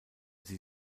sie